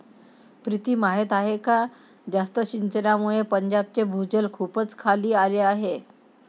प्रीती माहीत आहे का जास्त सिंचनामुळे पंजाबचे भूजल खूपच खाली आले आहे